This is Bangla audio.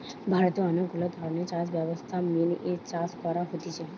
ভারতে অনেক গুলা ধরণের চাষ ব্যবস্থা মেনে চাষ করা হতিছে